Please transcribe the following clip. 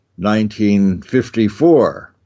1954